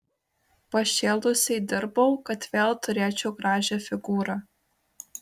pašėlusiai dirbau kad vėl turėčiau gražią figūrą